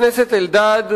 חבר הכנסת אלדד,